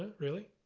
but really?